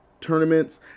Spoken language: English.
tournaments